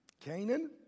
Canaan